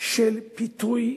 של פיתוי,